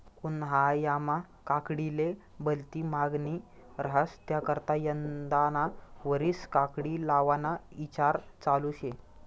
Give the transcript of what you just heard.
उन्हायामा काकडीले भलती मांगनी रहास त्याकरता यंदाना वरीस काकडी लावाना ईचार चालू शे